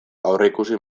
aurreikusi